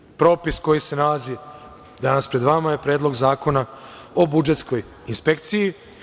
Sledeći propis koji se nalazi danas pred vama je Predlog zakona o budžetskoj inspekciji.